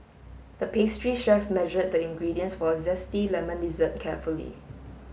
the pastry chef measured the ingredients for a zesty lemon dessert carefully